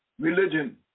Religion